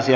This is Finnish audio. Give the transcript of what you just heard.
asia